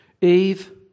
Eve